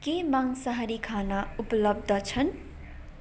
के मांसाहारी खाना उपलब्ध छन्